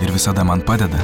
ir visada man padeda